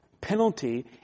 penalty